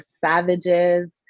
savages